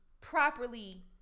properly